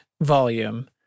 volume